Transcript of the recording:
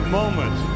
moment